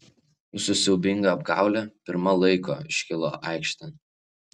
jūsų siaubinga apgaulė pirma laiko iškilo aikštėn